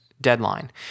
Deadline